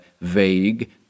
vague